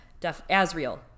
Asriel